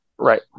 Right